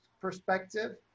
perspective